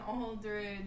Aldridge